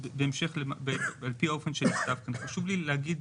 על פי האופן --- רגע,